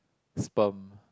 sperm